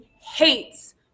hates